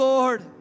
Lord